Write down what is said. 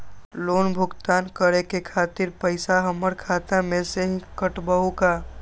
Loan भुगतान करे के खातिर पैसा हमर खाता में से ही काटबहु का?